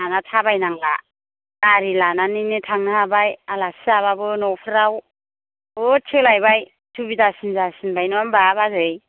दाना थाबायनांला गारि लानानैनो थांनो हाबाय आलासि जाबाबो न'फ्राव बुहुद सोलायबाय सुबिदासिन जासिनबाय नङा होनबा बाजै